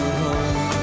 home